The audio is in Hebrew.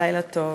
לילה טוב,